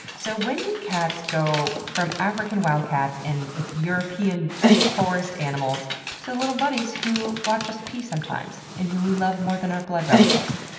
so when did cats go from african wildcats and like european forest animals to the little buddies who watch us pee sometimes and who we love more than our blood relatives?